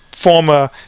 former